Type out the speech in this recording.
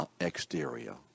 exterior